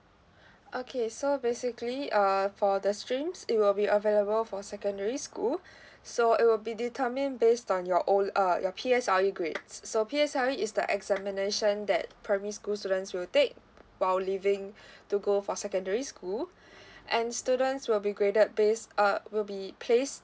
okay so basically uh for the streams it will be available for secondary school so it will be determined based on your old uh your P_S_L_E grades so P_S_L_E is the examination that primary school students will take while leaving to go for secondary school and students will be graded based uh will be placed